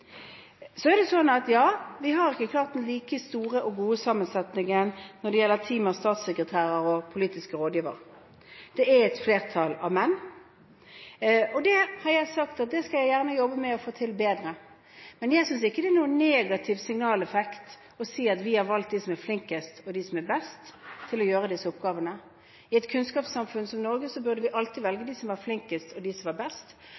Så er det slik at vi har ikke klart den like store og gode sammensetningen når det gjelder team av statssekretærer og politiske rådgivere. Det er et flertall av menn, og jeg har sagt at det skal jeg gjerne jobbe med å få til bedre. Men jeg synes ikke det er noen negativ signaleffekt å si at vi har valgt de som er flinkest, og de som er best, til å gjøre disse oppgavene. I et kunnskapssamfunn som Norge burde vi alltid velge de som er flinkest, og de som er best.